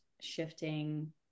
shifting